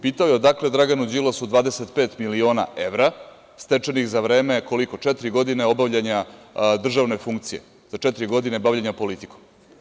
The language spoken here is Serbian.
Pitao je odakle Draganu Đilasu 25 miliona evra stečenih za vreme koliko četiri godine obavljanja državne funkcije za četiri godine bavljenja politikom.